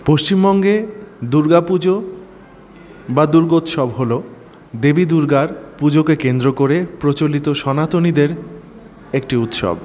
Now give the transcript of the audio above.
পশ্চিমবঙ্গে দুর্গা পুজো বা দুর্গোৎসব হল দেবী দুর্গার পুজোকে কেন্দ্র করে প্রচলিত সনাতনীদের একটি উৎসব